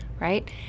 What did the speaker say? right